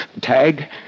Tag